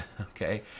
okay